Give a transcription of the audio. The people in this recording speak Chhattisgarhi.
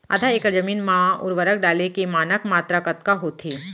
आधा एकड़ जमीन मा उर्वरक डाले के मानक मात्रा कतका होथे?